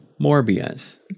Morbius